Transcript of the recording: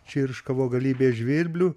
čirškavo galybė žvirblių